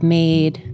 made